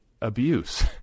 abuse